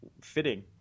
fitting